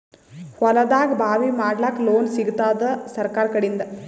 ಹೊಲದಾಗಬಾವಿ ಮಾಡಲಾಕ ಲೋನ್ ಸಿಗತ್ತಾದ ಸರ್ಕಾರಕಡಿಂದ?